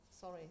sorry